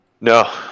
no